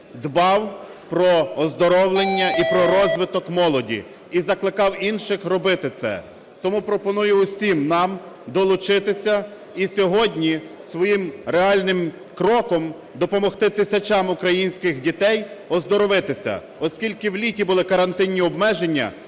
дбав про оздоровлення і про розвиток молоді, і закликав інших робити це. Тому пропоную усім нам долучитися і сьогодні своїм реальним кроком допомогти тисячам українських дітей оздоровитися. Оскільки в літі були карантинні обмеження,